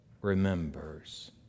remembers